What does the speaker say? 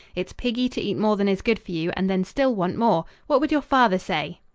it's piggy to eat more than is good for you and then still want more. what would your father say?